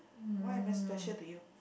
why am I special to you